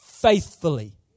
faithfully